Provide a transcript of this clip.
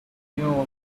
know